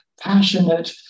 passionate